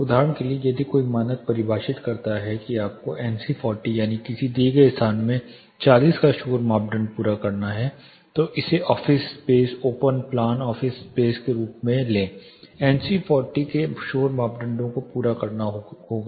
उदाहरण के लिए यदि कोई मानक परिभाषित करता है कि आपको एनसी40 यानी किसी दिए गए स्थान में 40 का शोर मानदंड पूरा करना है तो इसे office space open plan office space के रूप में लें एनसी 40 के शोर मानदंडों को पूरा करना होगा